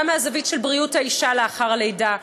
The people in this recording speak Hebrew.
גם מהזווית של בריאות האישה לאחר הלידה,